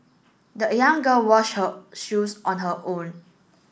the young girl wash her shoes on her own